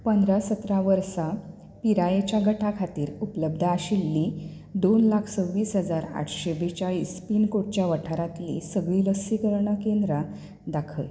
पंदरा सतरा वर्सां पिरायेच्या गटा खातीर उपलब्द आशिल्लीं दोन लाख सव्वीस हजार आठशे बेचाळीस पिनकोडच्या वाठारांतलीं सगळीं लसीकरणां केंद्रां दाखय